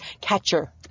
catcher